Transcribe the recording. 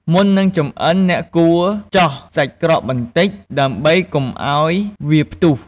មុននឹងចម្អិន អ្នកគួរ ចោះសាច់ក្រកបន្តិច ដើម្បីកុំឱ្យវាផ្ទុះ។